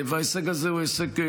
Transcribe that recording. וההישג הזה הוא הישג,